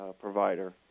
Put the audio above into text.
provider